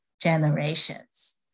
generations